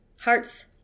Hearts